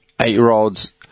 eight-year-olds